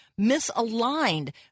misaligned